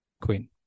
Queen